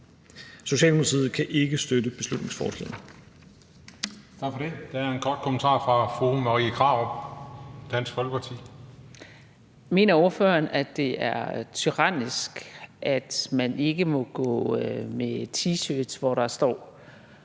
Socialdemokratiet kan ikke støtte beslutningsforslaget.